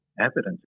evidence